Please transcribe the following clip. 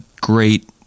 great